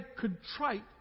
contrite